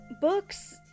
books